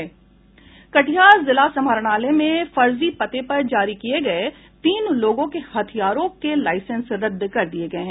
कटिहार जिला समाहरणालय से फर्जी पते पर जारी किये गये तीन लोगों के हथियारों के लाईसेंस रद्द कर दिये गये हैं